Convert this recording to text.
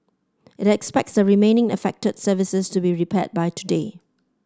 it expects the remaining affected services to be repaired by today